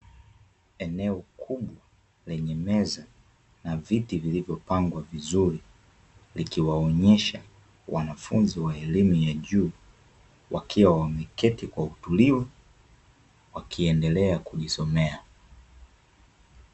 Eneo kubwa lenye meza, na viti vilivyopangwa vizuri, likiwaonyesha wanafunzi wa elimu ya juu, wakiwa wameketi kwa utulivu, wakiendelea kujisomea.